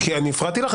הפרעתי לך,